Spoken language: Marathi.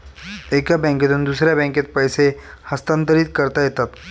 एका बँकेतून दुसऱ्या बँकेत पैसे कसे हस्तांतरित करता येतात?